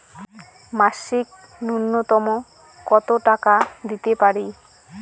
মাসিক নূন্যতম কত টাকা দিতে পারি?